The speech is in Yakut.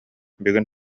бүгүн